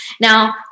Now